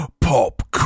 Pop